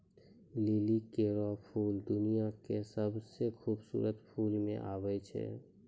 लिली केरो फूल दुनिया क सबसें खूबसूरत फूल म आबै छै